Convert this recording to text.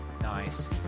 nice